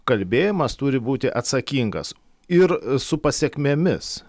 kalbėjimas turi būti atsakingas ir su pasekmėmis